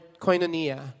koinonia